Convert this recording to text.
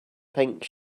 pink